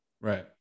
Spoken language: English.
Right